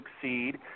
succeed